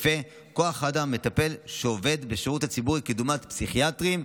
היקפי כוח האדם המטפל שעובד בשירות הציבורי דוגמת פסיכיאטרים,